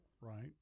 right